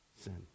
sin